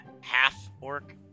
half-orc